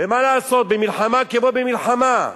ומה לעשות, במלחמה כמו במלחמה,